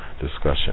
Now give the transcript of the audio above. discussion